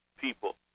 people